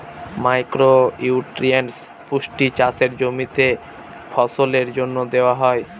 micro nutrients পুষ্টি চাষের জমিতে ফসলের জন্য দেওয়া হয়